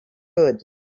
good